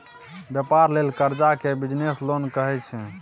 बेपार लेल करजा केँ बिजनेस लोन कहै छै